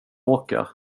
åka